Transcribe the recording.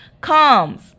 comes